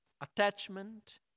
attachment